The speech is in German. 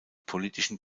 politischen